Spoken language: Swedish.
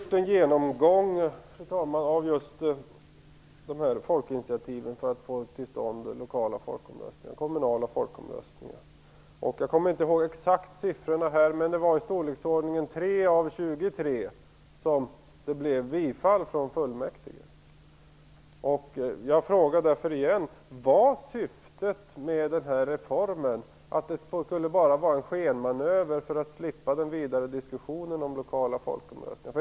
Fru talman! Kommun-Aktuellt har gjort en genomgång av folkinitiativen för att få till stånd lokala och kommunala folkomröstningar. Jag kommer inte ihåg exakt siffrorna, men det var i storleksordningen 3 av 23 fall som det blev bifall till i fullmäktige. Jag frågar därför igen: Var syftet med reformen att det bara skulle vara en skenmanöver för att slippa den vidare diskussionen om lokala folkomröstningar?